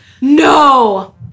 No